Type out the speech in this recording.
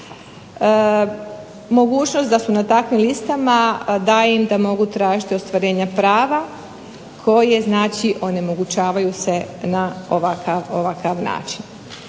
Mogućnost da su na takvim listama daje im da mogu tražiti ostvarenja prava koje znači onemogućavaju se na ovakav način.